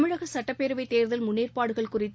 தமிழக சுட்டப்பேரவை தேர்தல் முன்னேற்பாடுகள் குறித்து